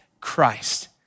Christ